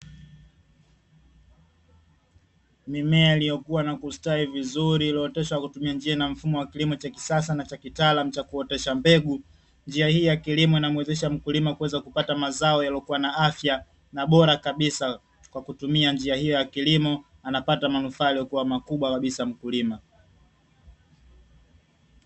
Mimea iliyokua na kustawi vizuri iliyooteshwa kwa kutumia njia na mfumo wa kilimo cha kisasa, na cha kitaalamu cha kuotesha mbegu. Njia hii ya kilimo inamwezesha mkulima kuweza kupata mazao yaliyokuwa na afya na bora kabisa. Kwa kutumia njia hiyo ya kilimo, anapata manufaa yaliyokuwa makubwa kabisa mkulima.